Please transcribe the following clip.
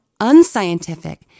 unscientific